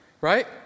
Right